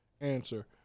answer